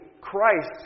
Christ